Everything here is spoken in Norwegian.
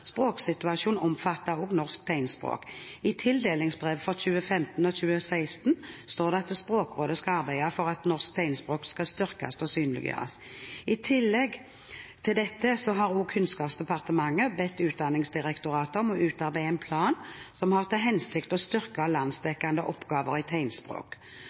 Språksituasjonen omfatter også norsk tegnspråk. I tildelingsbrevene for 2015 og 2016 står det at Språkrådet skal arbeide for at norsk tegnspråk skal styrkes og synliggjøres. I tillegg til dette har også Kunnskapsdepartementet bedt Utdanningsdirektoratet om å utarbeide en plan som har til hensikt å styrke landsdekkende oppgaver i tegnspråk.